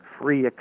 free